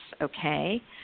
okay